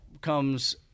comes